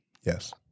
yes